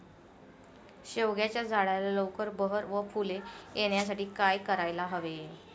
शेवग्याच्या झाडाला लवकर बहर व फूले येण्यासाठी काय करायला हवे?